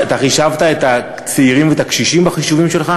חישבת את הצעירים ואת הקשישים בחישובים שלך?